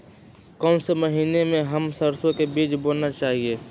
कौन से महीने में हम सरसो का बीज बोना चाहिए?